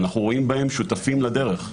אנחנו רואים בהם שותפים לדרך.